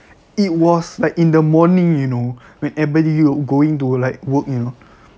it was like in the morning you know when everybody going to like work you know